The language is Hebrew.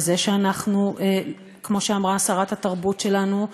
בזה שאנחנו, כמו שאמרה שרת התרבות שלנו: